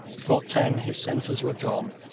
before ten his senses were gone.